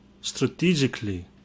strategically